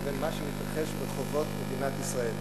לבין מה שמתרחש ברחובות מדינת ישראל?